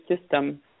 system